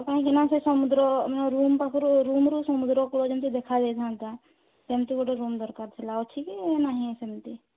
କାହିଁକିନା ସେ ସମୁଦ୍ର ମୋ ରୁମ୍ ପାଖରୁ ରୁମ୍ରୁ ସମୁଦ୍ର କୂଳ ଯେମିତି ଦେଖାଯାଇଥାନ୍ତା ସେମିତି ଗୋଟିଏ ରୁମ୍ ଦରକାର ଥିଲା ଅଛି କି ନାହିଁ ସେମିତି